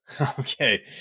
Okay